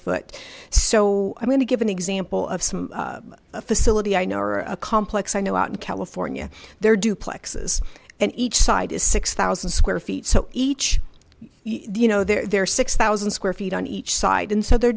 foot so i'm going to give an example of some facility i know or a complex i know out in california they're duplexes and each side is six thousand square feet so each you know there are six thousand square feet on each side and so they're